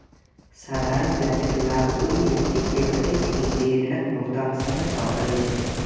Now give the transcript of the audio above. साधारण ब्याजक लाभ ओइ व्यक्ति कें भेटै छै, जे ऋणक भुगतान समय सं करै छै